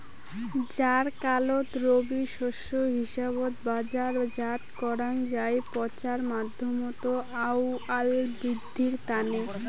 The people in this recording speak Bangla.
জ্বারকালত রবি শস্য হিসাবত বাজারজাত করাং যাই পচার মাধ্যমত আউয়াল বিদ্ধির তানে